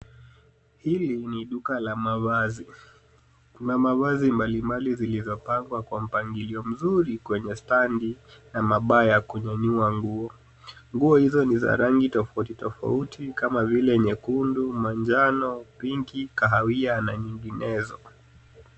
Hii ni duka la mavazi, kuna mavazi mbalimbali zilizopaswa kwa mpangilio mzuri kwenye standi na mabaya ya kunyanyua nguo. Nguo hizo ni za rangi tofauti tofauti, kama vile nyekundu, manjano, pinki, kahawia na nyinginezo.